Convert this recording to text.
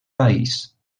país